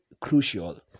crucial